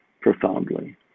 profoundly